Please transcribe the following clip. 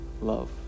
love